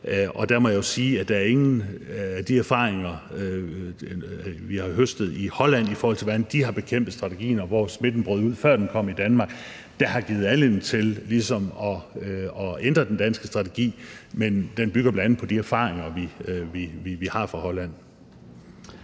og der må jeg jo sige, at der er ingen af de erfaringer, vi har høstet i Holland, i forhold til hvordan de har bekæmpet strategien, og hvor smitten brød ud, før den kom i Danmark, der ligesom har givet anledning til at ændre den danske strategi, og den bygger bl.a. på de erfaringer, vi har fra Holland.